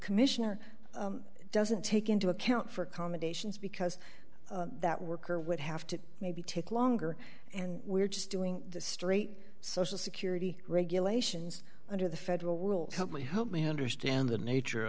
commissioner doesn't take into account for accommodations because that worker would have to maybe take longer and we're just doing the straight social security regulations under the federal rule help me help me understand the nature